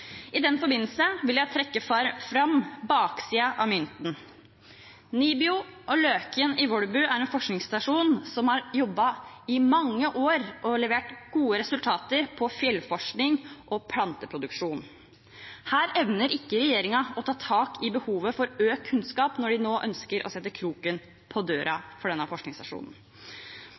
I den forbindelse vil jeg trekke fram baksiden av mynten. NIBIO Løken i Volbu er en forskningsstasjon som har jobbet i mange år og levert gode resultater på fjellforskning og planteproduksjon. Her evner ikke regjeringen å ta tak i behovet for økt kunnskap når de nå ønsker å sette kroken på døra for denne forskningsstasjonen.